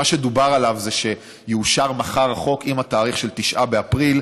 מה שדובר עליו זה שיאושר מחר החוק עם התאריך 9 באפריל.